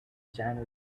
january